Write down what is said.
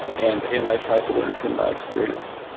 and and i tried to learn from that experience.